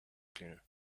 cleaner